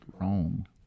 wrong